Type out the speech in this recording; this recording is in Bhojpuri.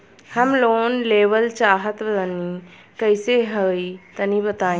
हम लोन लेवल चाहऽ तनि कइसे होई तनि बताई?